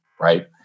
Right